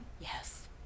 Yes